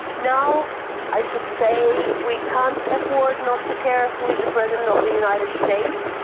now i should say we can't afford not to care who is the president of the united states.